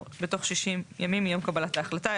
בתוך 60 ימים מיום קבלת ההחלטה,